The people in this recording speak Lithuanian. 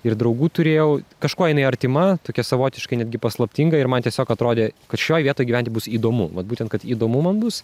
ir draugų turėjau kažkuo jinai artima tokia savotiškai netgi paslaptinga ir man tiesiog atrodė kad šioj vietoj gyventi bus įdomu vat būtent kad įdomu man bus